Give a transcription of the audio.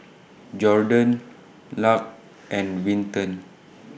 Jordon Luc and Winton